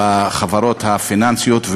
בחברות הפיננסיות,